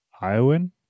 Iowan